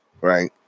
right